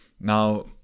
Now